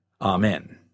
Amen